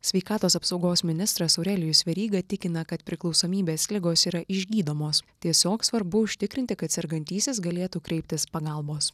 sveikatos apsaugos ministras aurelijus veryga tikina kad priklausomybės ligos yra išgydomos tiesiog svarbu užtikrinti kad sergantysis galėtų kreiptis pagalbos